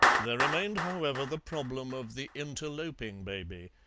there remained, however, the problem of the interloping baby,